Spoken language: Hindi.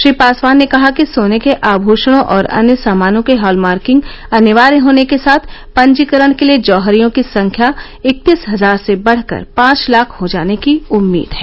श्री पासवान ने कहा कि सोने के आमूषणों और अन्य सामानों की हॉलमार्किंग अनिवार्य होने के साथ पंजीकरण के लिए जौहरियों की संख्या इकतिस हजार से बढ़कर पांच लाख हो जाने की उम्मीद है